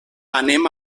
anem